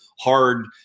hard